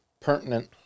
pertinent